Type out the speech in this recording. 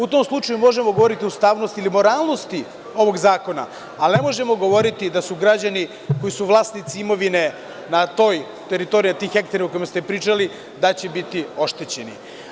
U tom slučaju možemo govoriti o ustavnost ili moralnosti ovog Zakona, ali ne možemo govoriti da će građani, koji su vlasnici imovine na toj teritoriji, tih hektara o kojima ste pričali, biti oštećeni.